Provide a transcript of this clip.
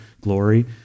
glory